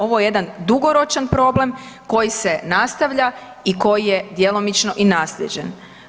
Ovo je jedan dugoročan problem koji se nastavlja i koji je djelomično i naslijeđen.